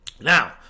Now